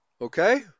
Okay